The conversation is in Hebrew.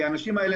כי האנשים האלה,